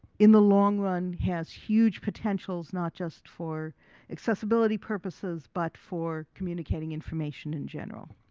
in the long run has huge potentials not just for accessibility purposes, but for communicating information in general.